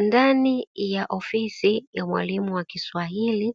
Ndani ya ofisi ya mwalimu wa kiswahili